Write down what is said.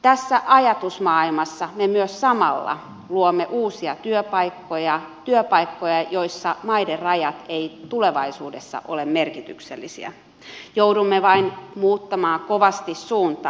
tässä ajatusmaailmassa me samalla myös luomme uusia työpaikkoja työpaikkoja joissa maiden rajat eivät tulevaisuudessa ole merkityksellisiä joudumme vain muuttamaan kovasti suuntaa